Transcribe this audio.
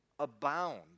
abound